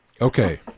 Okay